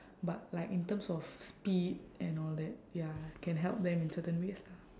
but like in terms of speed and all that ya can help them in certain ways lah